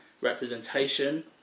representation